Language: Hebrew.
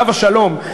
עליו השלום,